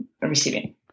receiving